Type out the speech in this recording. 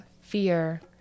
fear